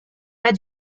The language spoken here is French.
pas